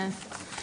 טוב,